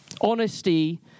Honesty